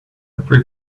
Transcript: every